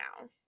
now